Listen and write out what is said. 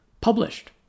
published